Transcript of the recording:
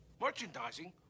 Merchandising